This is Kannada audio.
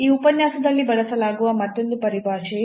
ಈ ಉಪನ್ಯಾಸದಲ್ಲಿ ಬಳಸಲಾಗುವ ಮತ್ತೊಂದು ಪರಿಭಾಷೆಯು